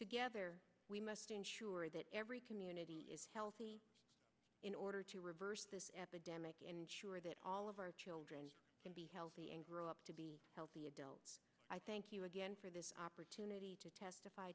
together we must ensure that every community in order to reverse this epidemic and ensure that all of our children can be healthy and grow up to be healthy adults i thank you again for the opportunity to testify